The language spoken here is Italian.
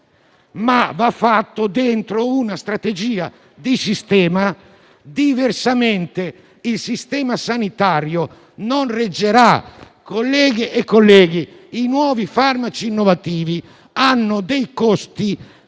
ciò va fatto all'interno di una strategia di sistema; diversamente, il sistema sanitario non reggerà. Colleghe e colleghi, i nuovi farmaci innovativi hanno dei costi